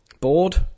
Bored